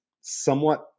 somewhat